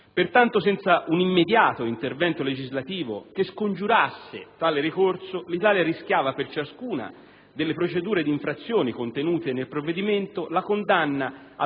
Senza un immediato intervento legislativo che scongiurasse tale ricorso l'Italia rischiava per ciascuna delle procedure di infrazione contenute nel provvedimento la condanna al